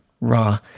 raw